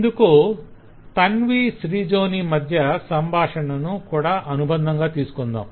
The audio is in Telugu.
ఇందుకు తన్వి శ్రిజోని మధ్య సంభాషణను కూడా అనుబంధంగా తీసుకుందాం